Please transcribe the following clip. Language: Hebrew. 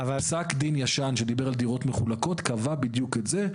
פסק דין ישן שדיבר על דירות מחולקות קבע בדיוק את זה.